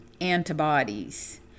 antibodies